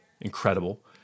Incredible